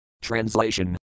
Translation